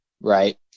right